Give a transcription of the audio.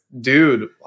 dude